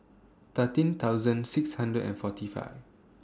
thirteen thousand six hundred and forty five